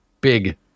big